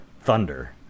thunder